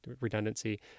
redundancy